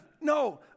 No